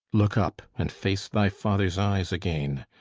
look up, and face thy father's eyes again!